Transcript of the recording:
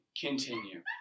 Continue